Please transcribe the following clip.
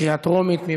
בקריאה טרומית.